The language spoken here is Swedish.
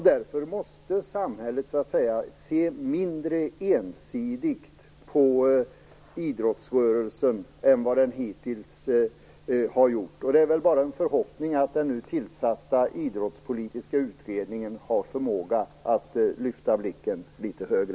Därför måste samhället se mindre ensidigt på idrottsrörelsen än man hittills har gjort. Det är bara en förhoppning att den nu tillsatta idrottspolitiska utredningen har förmåga att lyfta blicken litet högre.